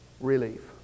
relief